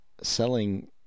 selling